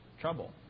trouble